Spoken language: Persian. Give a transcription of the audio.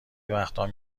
وقتام